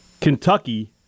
Kentucky